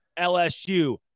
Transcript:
LSU